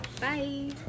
bye